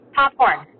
Popcorn